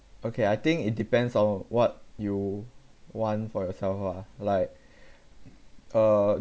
okay I think it depends on what you want for yourself ah like uh